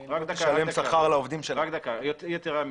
רק דקה, יתרה מזאת.